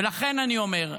ולכן אני אומר,